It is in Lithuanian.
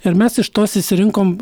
ir mes iš tos išsirinkom